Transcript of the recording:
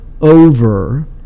over